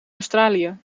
australië